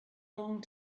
long